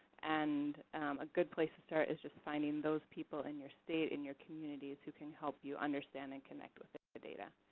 and a good place to start is just finding those people in your state, in your communities who can help you understand and connect with the data.